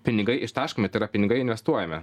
pinigai ištaškomi tai yra pinigai investuojame